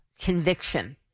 conviction